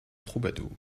troubadour